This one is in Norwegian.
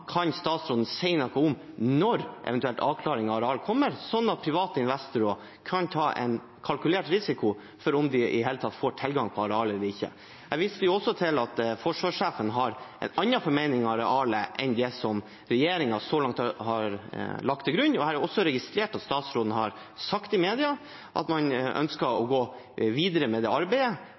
Kan statsråden si noe om når avklaring om areal eventuelt kommer, sånn at private investorer kan ta en kalkulert risiko for om de i det hele tatt får tilgang til arealet eller ikke? Jeg viste også til at forsvarssjefen har en annen formening om arealet enn det som regjeringen så langt har lagt til grunn. Jeg har også registrert at statsråden har sagt til media at man ønsker å gå videre med arbeidet, på bakgrunn av det